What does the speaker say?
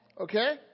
okay